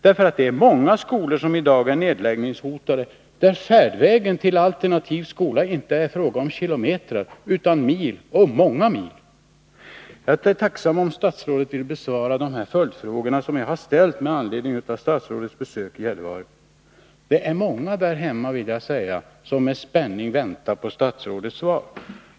Det är många skolor som i dag är nedläggningshotade och där färdvägen till alternativ skola inte är en fråga om kilometrar utan om mil — och många mil. Jag är tacksam om statsrådet vill besvara de följdfrågor som jag har ställt med anledning av statsrådets besök i Gällivare. Det är många där hemma som med spänning väntar på statsrådets svar.